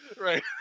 right